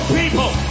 people